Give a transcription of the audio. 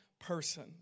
person